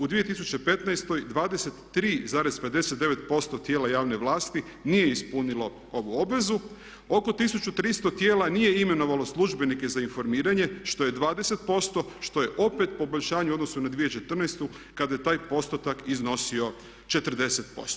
U 2015. 23,59% tijela javne vlasti nije ispunilo ovu obvezu, oko 1300 tijela nije imenovalo službenike za informiranje što je 20% što je opet poboljšanje u odnosu na 2014. kada je taj postotak iznosio 40%